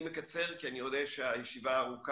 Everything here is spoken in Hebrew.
אני מקצר כי אני יודע שהישיבה ארוכה,